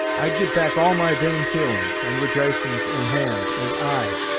i'd give back all my vain feelin's, and rej'icin's in hand and eye,